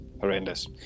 horrendous